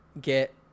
get